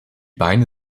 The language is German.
beine